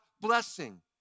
blessing